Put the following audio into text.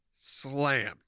slammed